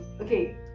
okay